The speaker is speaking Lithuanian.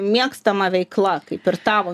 mėgstama veikla kaip ir tavo